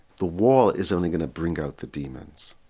the wall is only going to bring out the demons.